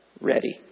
ready